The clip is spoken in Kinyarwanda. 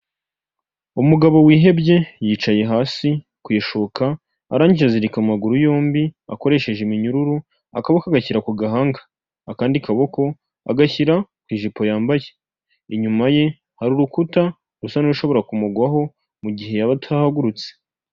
Umugabo wihebye yicaye hasi ku ishuka, arangije azirika amaguru yombi akoresheje iminyururu, akaboko agashyira ku gahanga, akandi kaboko agashyira ku ijipo yambaye, inyuma ye hari urukuta rusa n'ushobora kumugwaho mu gihe yaba atahahagurutse.